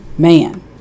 man